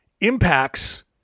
impacts